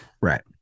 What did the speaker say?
Right